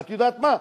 את יודעת מה,